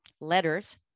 letters